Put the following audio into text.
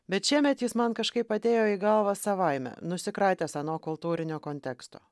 bet šiemet jis man kažkaip atėjo į galvą savaime nusikratęs ano kultūrinio konteksto